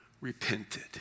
repented